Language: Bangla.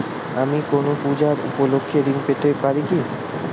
আমি কোনো পূজা উপলক্ষ্যে ঋন পেতে পারি কি?